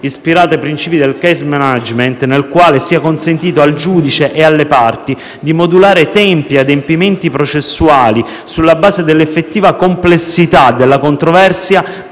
ispirato ai principi del *case management* nel quale sia consentito al giudice e alle parti di modulare tempi e adempimenti processuali sulla base dell'effettiva complessità della controversia